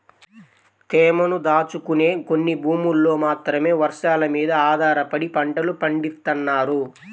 తేమను దాచుకునే కొన్ని భూముల్లో మాత్రమే వర్షాలమీద ఆధారపడి పంటలు పండిత్తన్నారు